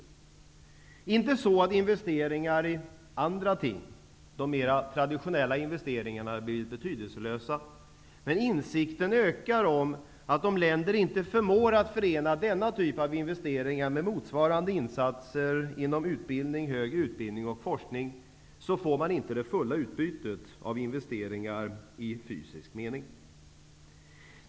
Det är inte så att investeringar i andra ting, de mera traditionella investeringarna, blir betydelselösa, men insikten ökar om att länder som inte förmår att förena denna typ av investeringar med motsvarande insatser inom utbildning, högre utbildning och forskning inte får det fulla utbytet av investeringar, i fysisk mening.